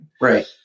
Right